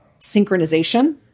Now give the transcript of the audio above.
synchronization